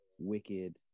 Wicked